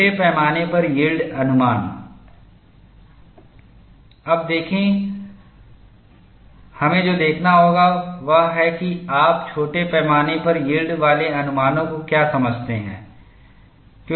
छोटे पैमाने पर यील्ड अनुमान अब देखें हमें जो देखना होगा वह है कि आप छोटे पैमाने पर यील्ड वाले अनुमानों को क्या समझते हैं